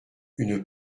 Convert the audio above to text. une